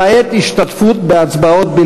למעט השתתפות בהצבעות.